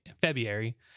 February